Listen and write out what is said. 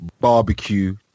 barbecue